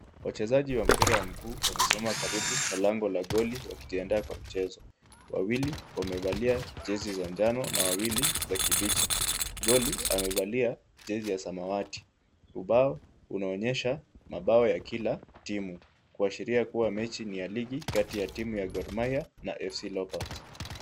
Wachezaji wa mpira ya mguu wamesimama karibu na lango la goli wakiandaa kwa kucheza. Wawili wamevalia jezi za njano na wawili za kibichi. Goli amevalia jezi ya samawati. Ubao unaonyesha mabao ya kila timu kuashiria kuwa mechi ni ya ligi katika ya timu ya Gor Mahia na AFC Leopards.